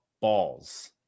balls